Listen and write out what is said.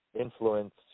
influence